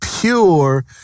pure